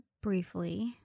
briefly